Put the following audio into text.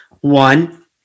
One